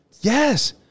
Yes